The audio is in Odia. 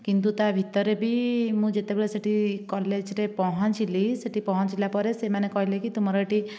କିନ୍ତୁ ତା ଭିତରେ ବି ମୁଁ ଯେତେବେଳେ ସେଠି କଲେଜରେ ପହଞ୍ଚିଲି ସେଠି ପହଞ୍ଚିଲା ପରେ ସେମାନେ କହିଲେ କି ତୁମର ଏଠି